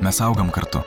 mes augam kartu